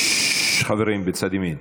ששש, חברים בצד ימין.